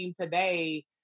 today